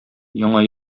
яңа